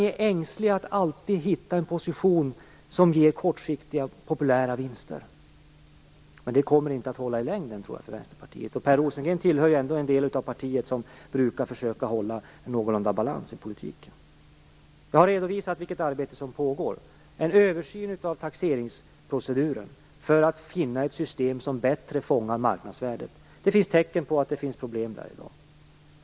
Ni är ängsliga och försöker alltid att hitta en position som ger kortsiktiga populära vinster, men det kommer inte att hålla i längden för Vänsterpartiet. Per Rosengren tillhör ju ändå den del av partiet som brukar försöka hålla någorlunda balans i politiken. Jag har redovisat vilket arbete som pågår, nämligen en översyn av taxeringsproceduren för att finna ett system som bättre fångar marknadsvärdet. Det finns tecken på att det finns problem där i dag.